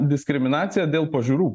diskriminacija dėl pažiūrų